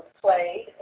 played